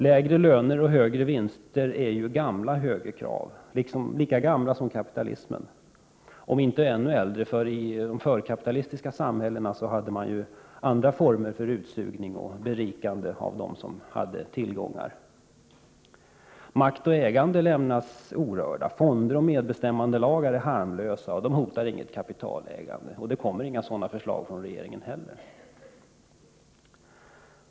Lägre löner och högre vinster är ju gamla högerkrav, lika gamla som kapitalismen — om inte ännu äldre, men i de förkapitalistiska samhällena hade man andra former för utsugning och berikande av dem som hade tillgångar. — Makt och ägande lämnas orörda. Fonder och medbestämmandelagar är harmlösa och hotar inget kapitalägande. Det kommer heller inga sådana förslag.